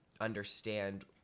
understand